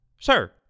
Sir